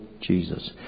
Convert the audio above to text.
Jesus